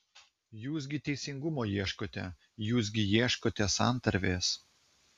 jūs gi teisingumo ieškote jūs gi ieškote santarvės